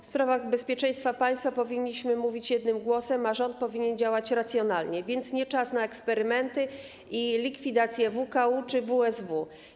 W sprawach bezpieczeństwa państwa powinniśmy mówić jednym głosem, a rząd powinien działać racjonalnie, więc nie czas na eksperymenty i likwidację WKU czy WSW.